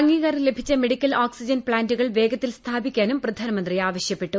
അംഗീകാരം ലഭിച്ച medical oxygen പ്ലാന്റുകൾ വേഗത്തിൽ സ്ഥാപിക്കാനും പ്രധാനമന്ത്രി ആവശ്യപ്പെട്ടു